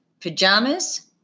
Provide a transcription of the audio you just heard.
Pajamas